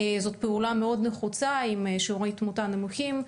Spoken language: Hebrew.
זאת פעולה מאוד נחוצה עם שיעורי תמותה נמוכים,